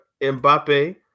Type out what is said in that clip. Mbappe